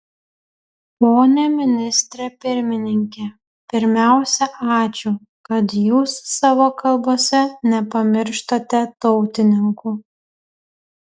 pone ministre pirmininke pirmiausia ačiū kad jūs savo kalbose nepamirštate tautininkų